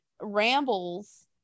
rambles